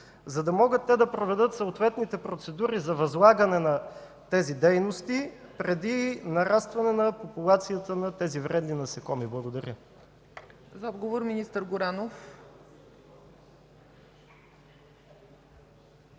за да могат те да проведат съответните процедури за възлагане на тези дейности преди нарастване на популацията на тези вредни насекоми? Благодаря. ПРЕДСЕДАТЕЛ ЦЕЦКА